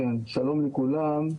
שלום לכולם,